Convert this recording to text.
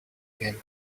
game